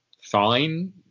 fine